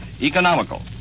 economical